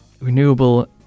renewable